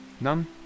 none